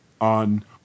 on –